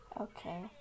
Okay